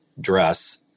dress